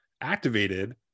activated